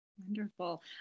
Wonderful